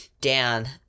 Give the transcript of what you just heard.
Dan